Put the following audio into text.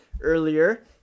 earlier